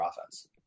offense